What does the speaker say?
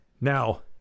Now